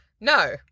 No